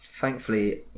Thankfully